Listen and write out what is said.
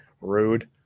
Rude